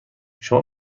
شما